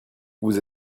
vous